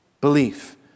Belief